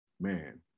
man